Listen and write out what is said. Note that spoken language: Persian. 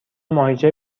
ماهیچه